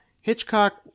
Hitchcock